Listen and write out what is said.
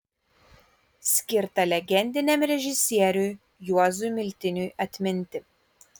skirta legendiniam režisieriui juozui miltiniui atminti